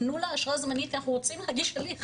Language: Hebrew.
תנו לה אשרה זמנית כי אנחנו רוצים להגיש הליך